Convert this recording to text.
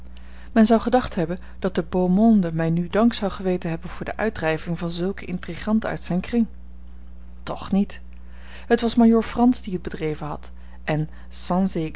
men zou gedacht hebben dat de beau monde mij nu dank zou geweten hebben voor de uitdrijving van zulke intriganten uit zijn kring toch niet het was majoor frans die het bedreven had en sans